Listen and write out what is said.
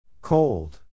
Cold